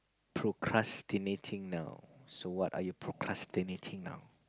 procrastinating now so what are you procrastinating now